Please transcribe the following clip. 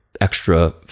extra